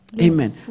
Amen